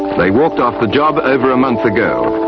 they walked off the job over a month ago.